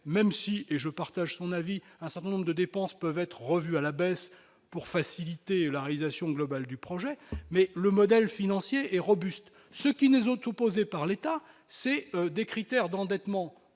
même si, et je partage son avis, un certain nombre de dépenses peuvent être revus à la baisse pour faciliter la réalisation globale du projet mais le modèle financier et robuste, ce qui nous ont opposés par l'État, c'est des critères d'endettement